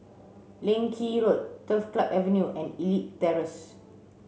Leng Kee Road Turf Club Avenue and Elite Terrace